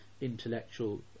intellectual